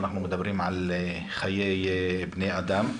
אנחנו מדברים על חיי בני אדם.